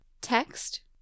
text